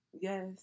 Yes